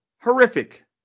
horrific